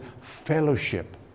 fellowship